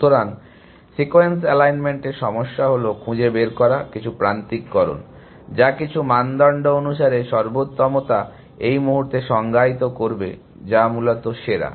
সুতরাং সিকোয়েন্স অ্যালাইনমেন্টের সমস্যা হল খুঁজে বের করা কিছু প্রান্তিককরণ যা কিছু মানদণ্ড অনুসারে সর্বোত্তম তা এই মুহূর্তে সংজ্ঞায়িত করবে যা মূলত সেরা